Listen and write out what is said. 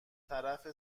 طرف